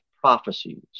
prophecies